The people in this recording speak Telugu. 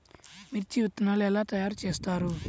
మిర్చి విత్తనాలు ఎలా తయారు చేస్తారు?